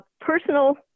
personal